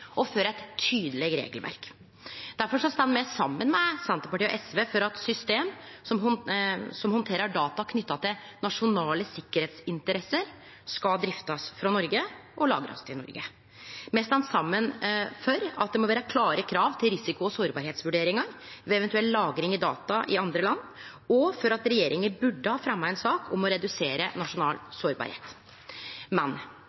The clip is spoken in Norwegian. er for eit tydeleg regelverk. Difor står me saman med Senterpartiet og SV for at eit system som handterer data knytt til nasjonale tryggleiksinteresser, skal driftast frå Noreg, og informasjonen skal lagrast i Noreg. Me står saman for at det må vere klare krav til risiko- og sårbarheitsvurderingar ved ei eventuell lagring av data i andre land, og for at regjeringa burde ha fremja ei sak om å redusere nasjonal